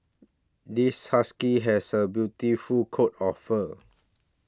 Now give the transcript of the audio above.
this husky has a beautiful coat of fur